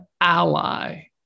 ally